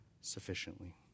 sufficiently